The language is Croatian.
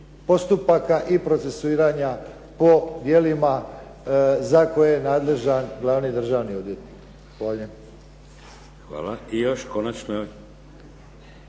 postupaka i procesuiranja po djelima za koje je nadležan glavni državni odvjetnik. Zahvaljujem.